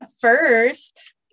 first